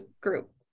group